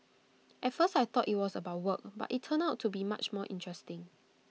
at first I thought IT was about work but IT turned out to be much more interesting